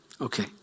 Okay